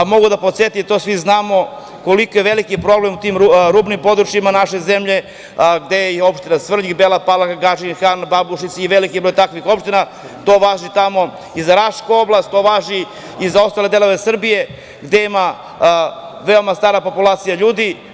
Mogu da podsetim, to svi znamo, koliko je veliki problem u tim rubnim područjima naše zemlje, gde je i opština Svrljig, Bela Palanka, Gadžin Han, Babušnica i veliki broj takvih opština, a to važi i za Rašku oblast i za ostale delove Srbije, gde ima veoma stara populacija ljudi.